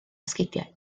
sgidiau